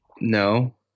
no